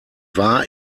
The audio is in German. war